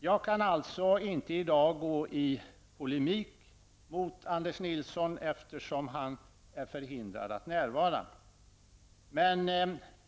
Jag kan alltså inte i dag gå i polemik mot Anders Nilsson, eftersom han är förhindrad att närvara.